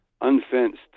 unfenced